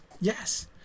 yes